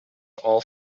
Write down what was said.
all